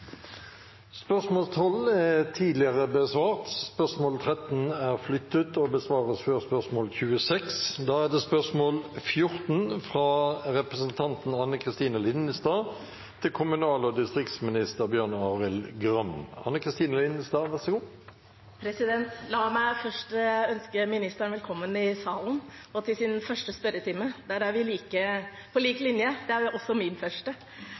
Spørsmål 12 er tidligere besvart. Spørsmål 13 er flyttet og besvares før spørsmål 26. Da er det spørsmål 14, fra Anne Kristine Linnestad til kommunal- og distriktsminister Bjørn Arild Gram. La meg først ønske ministeren velkommen i salen og til sin første spørretime – der er vi på lik linje, dette er også min første,